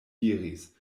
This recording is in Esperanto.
diris